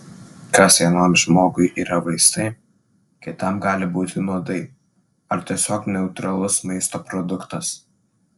kas vienam žmogui yra vaistai kitam gali būti nuodai ar tiesiog neutralus maisto produktas